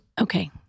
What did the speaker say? Okay